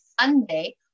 Sunday